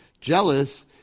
jealous